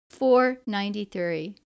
493